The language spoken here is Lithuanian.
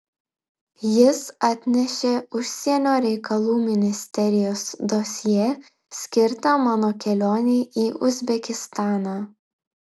jis atnešė užsienio reikalų ministerijos dosjė skirtą mano kelionei į uzbekistaną